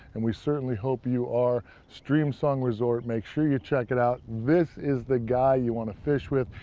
and we certainly hope you are, streamsong resort, make sure you check it out. this is the guy you want to fish with.